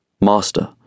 Master